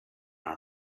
our